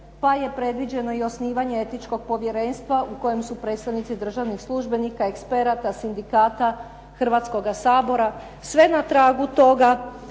pa je predviđeno i osnivanje etičkog povjerenstva u kojem su predstavnici državnih službenika eksperata, sindikata Hrvatskoga sabora, sve na tragu toga